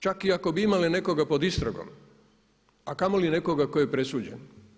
Čak i ako bi imale nekoga pod istragom, a kamoli nekoga tko je presuđen.